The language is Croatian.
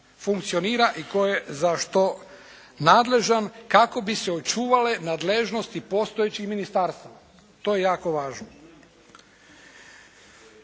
funkcionira i tko je za što nadležan kako bi se očuvale nadležnosti postojećih ministarstava. To je jako važno.